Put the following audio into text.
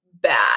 bad